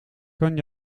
kan